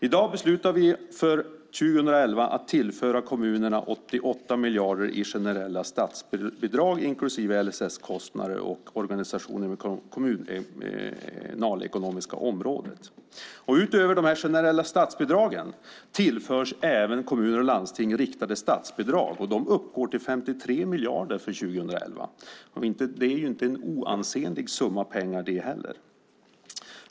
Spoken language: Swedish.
I dag beslutar vi att för 2011 tillföra kommunerna 88 miljarder i generella statsbidrag inklusive LSS-kostnader och kostnader för organisationer inom det kommunalekonomiska området. Utöver dessa generella statsbidragen tillförs kommuner och landsting även riktade statsbidrag som uppgår till 53 miljarder för 2011. Det är inte en oansenlig summa pengar det heller.